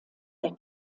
der